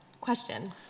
question